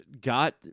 got